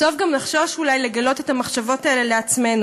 בסוף גם נחשוש אולי לגלות את המחשבות האלה לעצמנו.